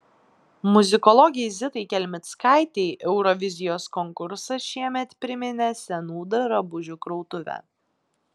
muzikologei zitai kelmickaitei eurovizijos konkursas šiemet priminė senų drabužių krautuvę